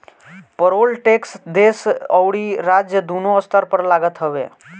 payroll tax देस अउरी राज्य दूनो स्तर पर लागत हवे